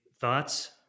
Thoughts